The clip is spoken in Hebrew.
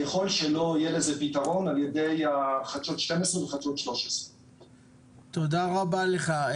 ככל שלא יהיה לזה פתרון על ידי חדשות 12 וחדשות 13. תודה רבה לך.